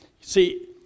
See